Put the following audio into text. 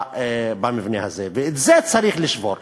למבנה הזה, ואת זה צריך לשבור.